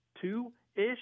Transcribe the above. two-ish